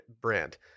brand